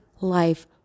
life